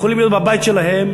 יכולים להיות בבית שלהם,